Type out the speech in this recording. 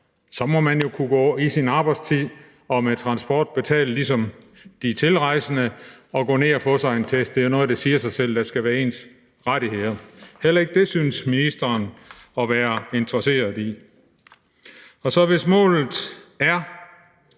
de tilrejsende, i sin arbejdstid og med transporten betalt kunne gå hen og få sig en test. Det er noget, der siger sig selv, altså at der skal være ens rettigheder. Heller ikke det synes ministeren at være interesseret i. Hvis målet er